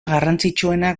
garrantzitsuenak